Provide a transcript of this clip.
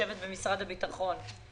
במשרד הביטחון.